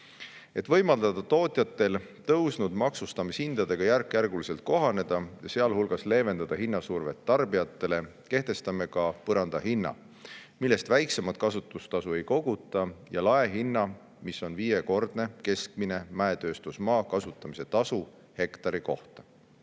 Et võimaldada tootjatel tõusnud maksustamishindadega järkjärguliselt kohaneda, sealhulgas leevendada hinnasurvet tarbijatele, kehtestame ka hinnapõranda, millest väiksemat kasutustasu ei koguta, ja hinnalae, mis on viiekordne keskmine mäetööstusmaa kasutamise tasu hektari kohta.